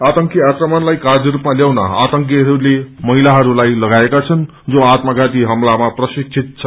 आतंकी आक्रमणलाइ कार्यरूपमा ल्याउन आतंकीहरूले महिलाहरूलाई लागएकाछन् जो आत्मघाती हमलामा प्रशिक्षित छन्